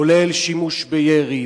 כולל שימוש בירי,